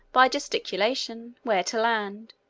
by gesticulation, where to land,